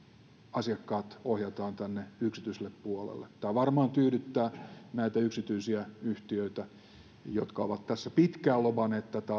asiakkaat ohjataan yksityiselle puolelle tämä varmaan tyydyttää näitä yksityisiä yhtiöitä jotka ovat tässä pitkään lobanneet tätä